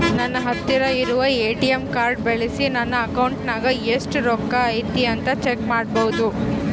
ನನ್ನ ಹತ್ತಿರ ಇರುವ ಎ.ಟಿ.ಎಂ ಕಾರ್ಡ್ ಬಳಿಸಿ ನನ್ನ ಅಕೌಂಟಿನಾಗ ಎಷ್ಟು ರೊಕ್ಕ ಐತಿ ಅಂತಾ ಚೆಕ್ ಮಾಡಬಹುದಾ?